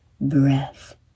breath